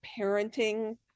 parenting